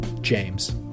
james